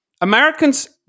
Americans